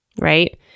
Right